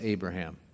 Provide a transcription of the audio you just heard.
Abraham